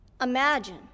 Imagine